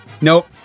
Nope